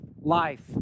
life